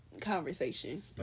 Conversation